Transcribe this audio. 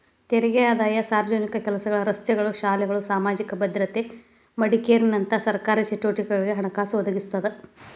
ತೆರಿಗೆ ಆದಾಯ ಸಾರ್ವಜನಿಕ ಕೆಲಸಗಳ ರಸ್ತೆಗಳ ಶಾಲೆಗಳ ಸಾಮಾಜಿಕ ಭದ್ರತೆ ಮೆಡಿಕೇರ್ನಂತ ಸರ್ಕಾರಿ ಚಟುವಟಿಕೆಗಳಿಗೆ ಹಣಕಾಸು ಒದಗಿಸ್ತದ